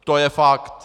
To je fakt.